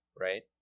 right